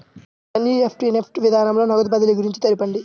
NEFT NEFT విధానంలో నగదు బదిలీ గురించి తెలుపండి?